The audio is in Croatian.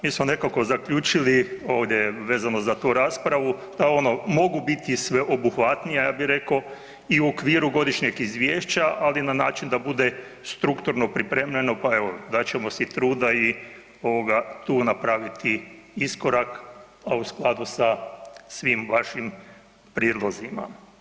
Mi smo nekako zaključili ovdje vezano za tu raspravu da ono, mogu biti sveobuhvatnije, ja bi rekao i u okviru godišnjeg izvješća, ali na način da bude strukturno pripremljeno, pa evo, dat ćemo si truda i tu napraviti iskorak, a u skladu sa svim vašim prijedlozima.